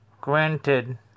granted